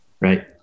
Right